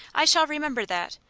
i shall remember that.